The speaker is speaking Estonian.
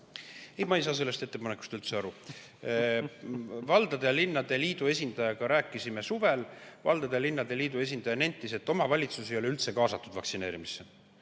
ma ei saa sellest ettepanekust üldse aru. Rääkisime suvel valdade ja linnade liidu esindajaga. Valdade ja linnade liidu esindaja nentis, et omavalitsusi ei ole üldse kaasatud vaktsineerimisse.